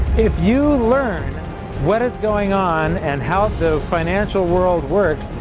if you learn what is going on and how the financial world works,